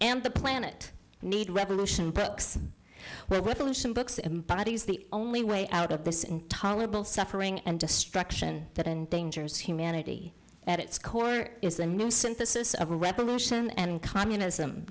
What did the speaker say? and the planet need revolution books with aleutian books and bodies the only way out of this intolerable suffering and destruction that endangers humanity at its core is a new synthesis of revolution and communism